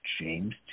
james